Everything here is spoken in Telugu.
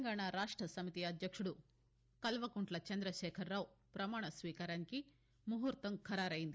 తెలంగాణ రాష్ట సమితి అధ్యక్షుడు కల్వకుంట్ల చంద్రశేఖర్రావు పమాణస్వీకారానికి ముహూర్తం ఖరారైంది